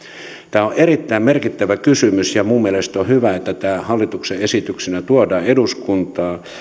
tämä on erittäin merkittävä kysymys minun mielestäni on hyvä että tämä hallituksen esityksenä tuodaan eduskuntaan